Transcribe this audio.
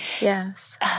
yes